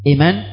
Amen